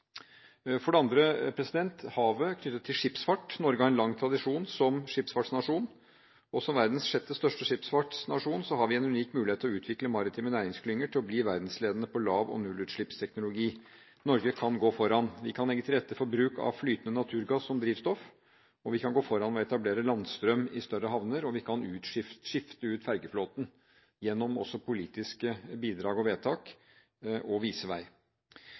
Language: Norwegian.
For det andre, havet knyttet til skipsfart: Norge har en lang tradisjon som skipsfartsnasjon, og som verdens 6. største skipsfartsnasjon har vi en unik mulighet til å utvikle maritime næringsklynger til å bli verdensledende på lav- og nullutslippsteknologi. Norge kan gå foran. Vi kan legge til rette for bruk av flytende naturgass som drivstoff, vi kan gå foran og etablere landstrøm i større havner, og vi kan skifte ut fergeflåten gjennom politiske bidrag og vedtak, og